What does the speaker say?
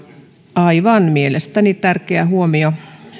aivan mielestäni tärkeä huomio